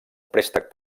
préstec